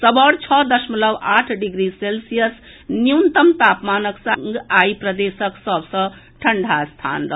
सबौर छओ दशमलव आठ डिग्री सेल्सियस न्यूनतम तापमानक संग आइ प्रदेशक सभ सँ ठंडा स्थान रहल